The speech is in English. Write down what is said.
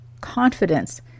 confidence